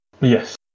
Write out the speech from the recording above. yes